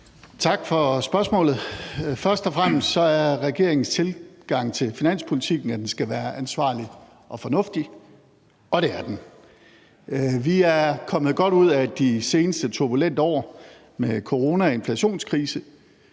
Tak for spørgsmålet. Først og fremmest er regeringens tilgang til finanspolitikken, at den skal være ansvarlig og fornuftig, og det er den. Vi er kommet godt ud af de seneste turbulente år med corona og inflationskrise.